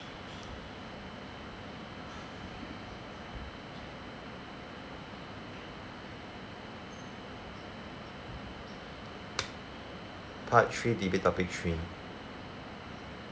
part three debate topic three